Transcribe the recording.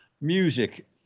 music